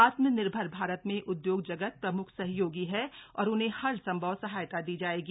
आत्मनिर्भर भारत में उद्योग जगत प्रम्ख सहयोगी है और उन्हें हर संभव सहायता दी जाएगी